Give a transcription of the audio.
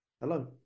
hello